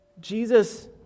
Jesus